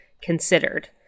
considered